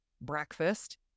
Breakfast